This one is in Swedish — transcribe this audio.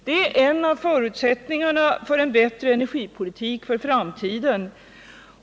Det är en av förutsättningarna för en bättre energipolitik för framtiden.